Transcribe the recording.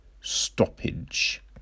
stoppage